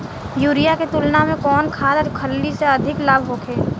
Urea के तुलना में कौन खाध खल्ली से अधिक लाभ होखे?